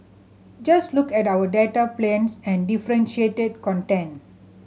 just look at our data plans and differentiated content